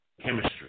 chemistry